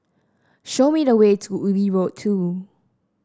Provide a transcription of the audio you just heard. show me the way to Ubi Road Two